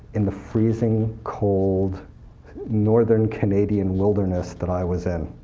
in the freezing cold northern canadian wilderness that i was in.